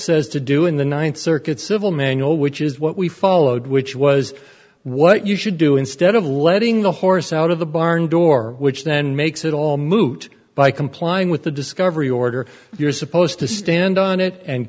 says to do in the ninth circuit civil manual which is what we followed which was what you should do instead of letting the horse out of the barn door which then makes it all moot by complying with the discovery order you're supposed to stand on it and